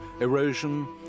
erosion